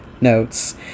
notes